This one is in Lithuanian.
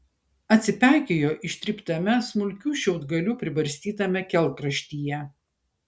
atsipeikėjo ištryptame smulkių šiaudgalių pribarstytame kelkraštyje